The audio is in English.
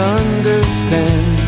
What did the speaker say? understand